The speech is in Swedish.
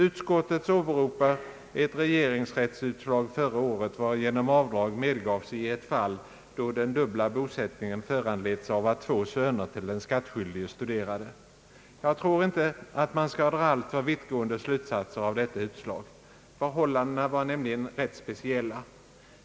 Utskottet åberopar ett regeringsrättsutslag förra året, varigenom avdrag medgavs i ett fall då den dubbla bosättningen föranletts av att två söner till den skattskyldige studerade. Jag tror inte att man bör dra alltför vittgående slutsatser av detta utslag. Förhållandena var nämligen rätt speciella.